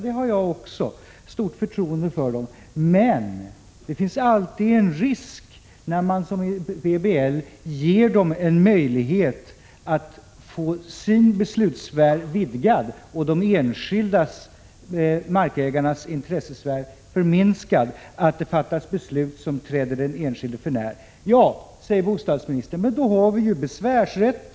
Det har jag också, men det finns alltid en risk att det, när man som i PBL ger kommunalpolitiker en möjlighet att få sin beslutsfär vidgad och de enskilda markägarnas intressesfär förminskad, fattas beslut som träder den enskilde för när. Ja, säger bostadsministern, men då har vi besvärsrätt.